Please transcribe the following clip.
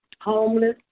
homeless